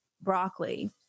broccoli